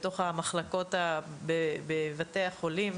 בתוך המחלקות בבתי החולים,